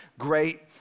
great